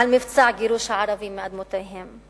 במבצע גירוש הערבים מאדמותיהם,